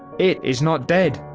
it is not dead.